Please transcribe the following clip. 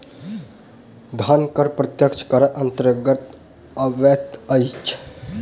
धन कर प्रत्यक्ष करक अन्तर्गत अबैत अछि